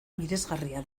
miresgarria